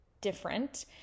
different